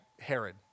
Herod